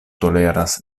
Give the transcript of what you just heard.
toleras